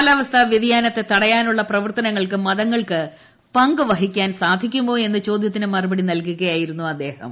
കാലാവസ്ഥ വൃതിയാനത്തെ തടയാനുള്ള പ്രവർത്തനങ്ങൾക്ക് മതങ്ങൾക്ക് പങ്ക് വഹിക്കാൻ സാധിക്കുമോ എന്ന ചോദ്യത്തിന് മറുപടി നൽകുകയായിരുന്നു അദ്ദേഹം